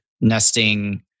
nesting